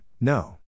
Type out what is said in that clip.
no